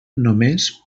només